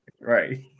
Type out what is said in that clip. Right